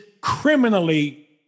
criminally